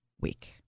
Week